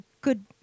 good